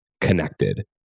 connected